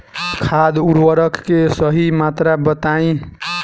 खाद उर्वरक के सही मात्रा बताई?